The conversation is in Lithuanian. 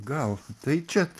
gal tai čia